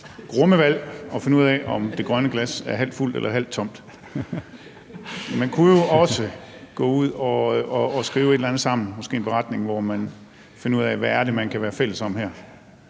grumme valg at finde ud af, om det grønne glas er halvt fuldt eller halvt tomt. Man kunne jo også finde ud af et eller andet sammen og måske skrive en beretning, altså hvor man finder ud af, hvad det er, man kan være fælles om her,